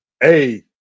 Hey